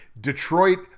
detroit